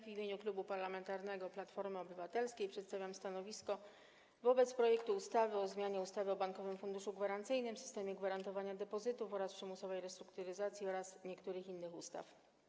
W imieniu Klubu Parlamentarnego Platforma Obywatelska przedstawiam stanowisko wobec projektu ustawy o zmianie ustawy o Bankowym Funduszu Gwarancyjnym, systemie gwarantowania depozytów oraz przymusowej restrukturyzacji oraz niektórych innych ustaw.